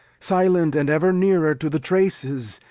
silent and ever nearer to the traces,